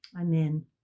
Amen